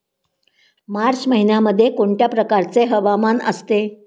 मार्च महिन्यामध्ये कोणत्या प्रकारचे हवामान असते?